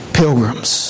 pilgrims